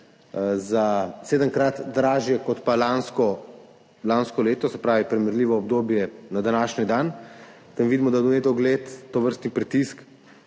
sedemkrat dražje kot pa lansko leto, se pravi primerljivo obdobje na današnji dan, vidimo, da v nedogled tovrstnega pritiska